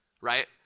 right